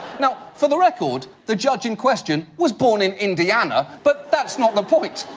now, for the record, the judge in question was born in indiana, but that's not the point.